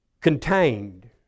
contained